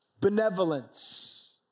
benevolence